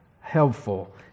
helpful